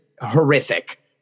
horrific